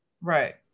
Right